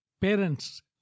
Parents